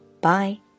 bye